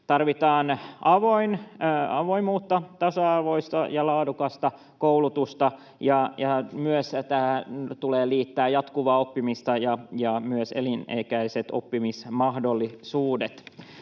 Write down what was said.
Tarvitaan avoimuutta ja tasa-arvoista ja laadukasta koulutusta, ja tähän tulee myös liittää jatkuvaa oppimista ja myös elinikäiset oppimismahdollisuudet.